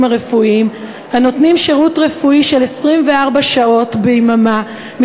הרפואיים הנותנים שירות רפואי של 24 שעות ביממה,